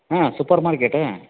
ಹಾಂ ಸೂಪರ್ಮಾರ್ಕೆಟಾ